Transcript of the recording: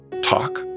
talk